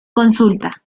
consulta